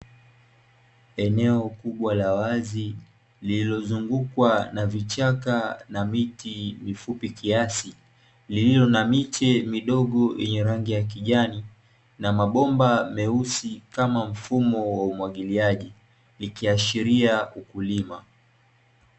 Eneo kubwa la wazi lililozungukwa na vichaka na miti mifupi kiasi, lililo na miche midogo yenye rangi ya kijani na mabomba meusi kama mfumo wa umwagiliaji, likiashiria ukulima.